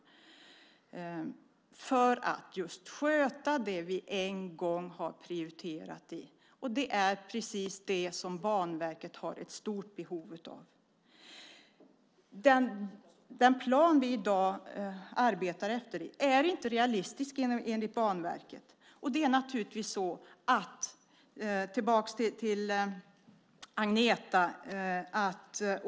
Det är för att sköta det vi en gång har prioriterat. Det är precis det som Banverket har ett stort behov av. Den plan vi i dag arbetar efter är inte realistisk enlig Banverket. Jag går tillbaka till det Agneta Lundberg tog upp.